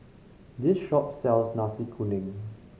this shop sells Nasi Kuning